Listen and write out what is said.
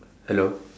hello